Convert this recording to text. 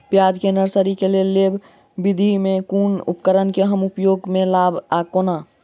प्याज केँ नर्सरी केँ लेल लेव विधि म केँ कुन उपकरण केँ हम उपयोग म लाब आ केना?